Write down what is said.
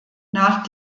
nach